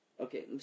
Okay